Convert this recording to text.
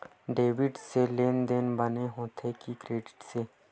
Debit से लेनदेन बने होथे कि क्रेडिट से?